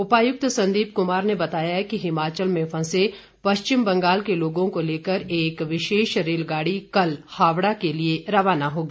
उपायुक्त संदीप कुमार ने बताया कि हिमाचल में फंसे पश्चिम बंगाल के लोगों को लेकर एक विशेष रेल गाड़ी कल हावड़ा के लिए रवाना होगी